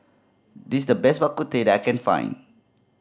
this is the best Bak Kut Teh that I can find